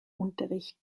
unterricht